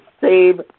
save